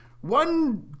one